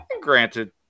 Granted